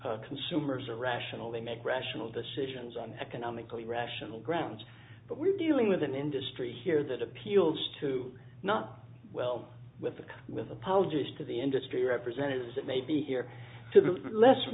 consumers are rational they make rational decisions on economically rational grounds but we're dealing with an industry here that appeals to not well with the with apologies to the industry representatives that may be here to be less